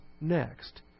next